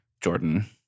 Jordan